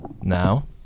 Now